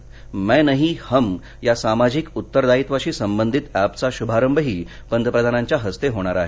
मै नही हम या सामाजिक उत्तरादायीत्वाशी संबंधित अप्रज्ञा शुभारंभही पंतप्रधानांच्या हस्ते होणार आहे